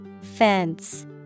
Fence